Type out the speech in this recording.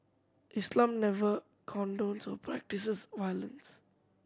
Islam never condones or practises violence